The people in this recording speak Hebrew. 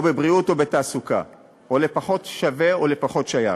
בבריאות או בתעסוקה, או פחות שווה או פחות שייך.